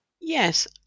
Yes